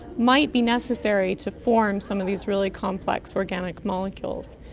might be necessary to form some of these really complex organic molecules.